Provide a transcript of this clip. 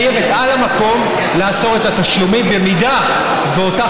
חייבת על המקום לעצור את התשלומים אם אותה